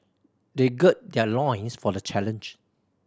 they gird their loins for the challenge